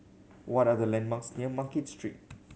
what are the landmarks near Market Street